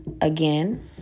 again